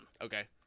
Okay